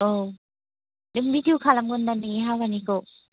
औ नों भिदिअ' खालामगोन दा नोंनि हाबानिखौ